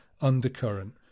undercurrent